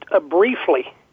briefly